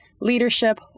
leadership